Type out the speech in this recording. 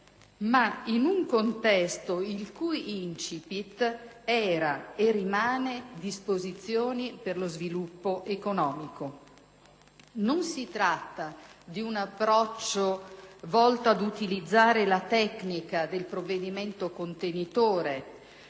ma in un contesto il cui *incipit* era e rimane: disposizioni per lo sviluppo economico. Non si tratta di un approccio volto a utilizzare la tecnica del provvedimento contenitore,